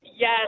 Yes